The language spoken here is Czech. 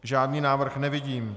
Žádný návrh nevidím.